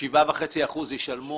7.5 אחוזים ישלמו